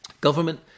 Government